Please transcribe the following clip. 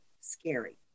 scary